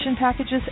packages